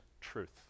truth